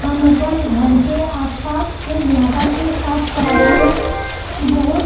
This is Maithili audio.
हम अपन घरके आसपासके इलाकाके साफ करऽके लेल बहुत